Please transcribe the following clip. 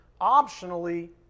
optionally